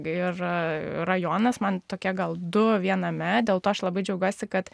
ir rajonas man tokie gal du viename dėl to aš labai džiaugiuosi kad